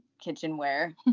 kitchenware